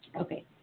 Okay